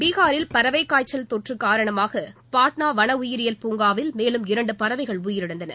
பீஹாரில் பறவைக் காய்ச்சல் தொற்று காரணமாக பாட்னா வன உயிரியில் பூங்காவில் மேலும் இரண்டு பறவைகள் உயிரிழந்தன